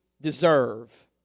deserve